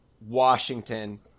Washington